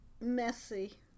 messy